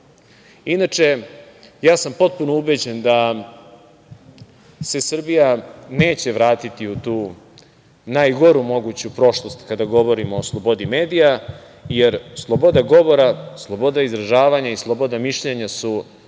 ja sam potpuno ubeđen da se Srbija neće vratiti u tu najgoru moguću prošlost kada govorimo o slobodi medija, jer sloboda govora, sloboda izražavanja i sloboda mišljenja su